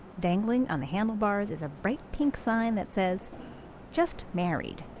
dangling on the handlebars is a bright pink sign that says just married.